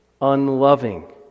unloving